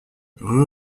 rue